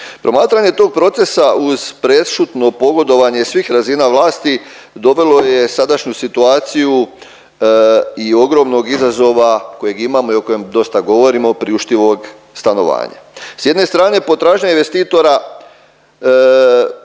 Promatranje tog procesa uz prešutno pogodovanje svih razina vlasti, dovelo je sadašnju situaciju i ogromnog izazova kojeg imamo i o kojem dosta govorimo priuštivog stanovanja. S jedne strane potražnja investitora